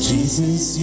Jesus